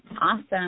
Awesome